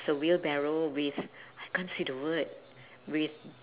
it's a wheelbarrow with I can't see the word with